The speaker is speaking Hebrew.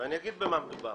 אני אומר במה מדובר.